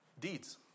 Deeds